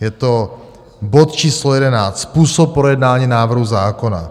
Je to bod číslo 11 Způsob projednání návrhu zákona.